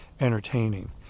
entertaining